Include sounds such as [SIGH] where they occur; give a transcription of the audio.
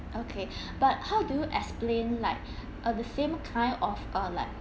okay [BREATH] but how do you explain like [BREATH] uh the same kind of uh like